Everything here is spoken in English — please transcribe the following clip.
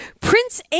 Prince